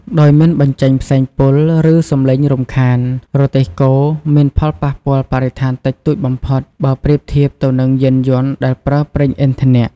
ដោយមិនបញ្ចេញផ្សែងពុល ឬសំឡេងរំខាន រទេះគោមាន ផលប៉ះពាល់បរិស្ថានតិចតួចបំផុត បើប្រៀបធៀបទៅនឹងយានយន្តដែលប្រើប្រេងឥន្ធនៈ ។